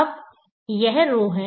अब यह ρ है